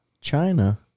China